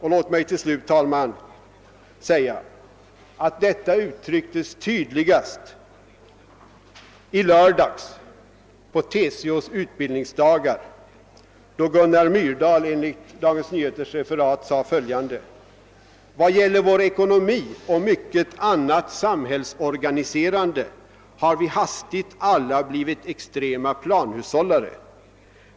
Tydligast, herr talman, uttrycktes detta i lördags på TCO:s utbildningsdagar, då Gunnar Myrdal enligt Dagens Nyheters referat sade följande: Vad gäller vår egen ekonomi och mycket annat samhällsorganiserande har vi hastigt alla blivit extrema planhushållare.